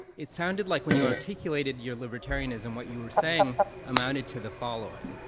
it sounded like when you articulated your libertarianism, what you were saying amounted to the following.